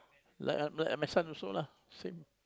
like other like my son also lah same